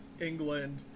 England